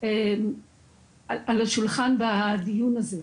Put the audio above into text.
על השולחן בדיון הזה.